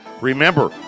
Remember